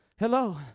Hello